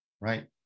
right